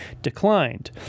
declined